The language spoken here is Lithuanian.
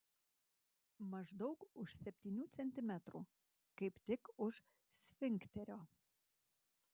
maždaug už septynių centimetrų kaip tik už sfinkterio